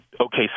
okay